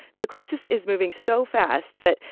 the crisis is moving so fast that,